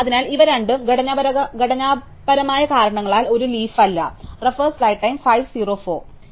അതിനാൽ ഇവ രണ്ടും ഘടനാപരമായ കാരണങ്ങളാൽ ഒരു ലീഫ് അല്ലാ